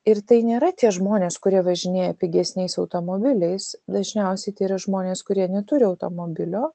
ir tai nėra tie žmonės kurie važinėja pigesniais automobiliais dažniausiai tai yra žmonės kurie neturi automobilio